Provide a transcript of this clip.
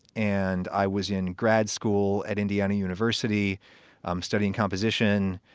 and i was in grad school at indiana university um studying composition.